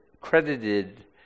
credited